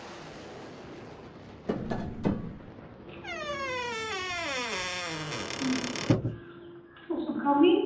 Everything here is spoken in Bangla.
ওষুধ খাও নি